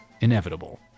inevitable